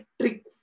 trick